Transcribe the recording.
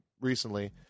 recently